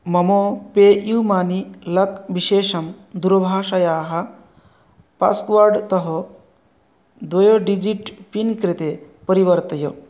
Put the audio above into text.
मम pay U money lock विशेषं दूरभाषयाः पास्वर्ड् तः द्वयो ड्जिट् पिन् कृते परिवर्तय